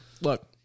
look